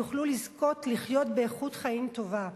יזכו לחיות באיכות חיים טובה.